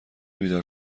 بیدار